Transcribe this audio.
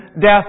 death